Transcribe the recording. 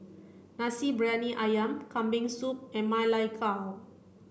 Nasi Briyani Ayam Kambing Soup and Ma Lai Gao